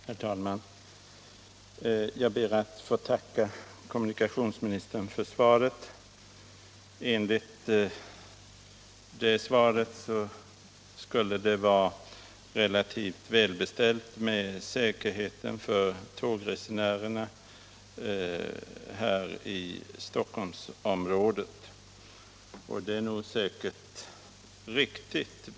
Herr talman! Jag ber att få tacka kommunikationsministern för svaret. Enligt svaret skulle det i Stockholmsområdet vara relativt välbeställt med säkerheten för tågresenärerna, och det är nog riktigt.